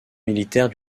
militaires